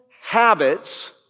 habits